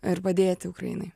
ir padėti ukrainai